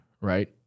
right